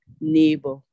neighbor